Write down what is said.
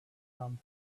come